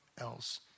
else